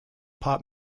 pop